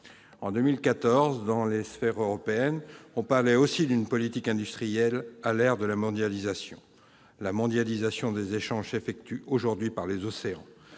En 2014, dans les sphères européennes, on parlait aussi d'une politique industrielle à l'ère de la mondialisation. La mondialisation des échanges passe aujourd'hui par les océans.